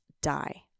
die